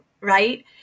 right